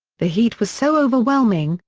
the heat was so overwhelming,